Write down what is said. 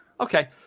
Okay